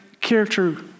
Character